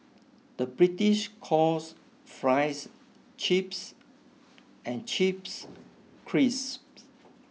the British calls fries chips and chips crisps